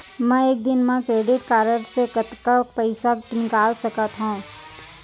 मैं एक दिन म क्रेडिट कारड से कतना पइसा निकाल सकत हो?